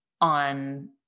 on